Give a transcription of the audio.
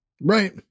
Right